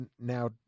now